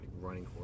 running